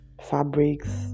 fabrics